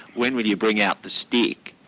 when will you bring out the stick?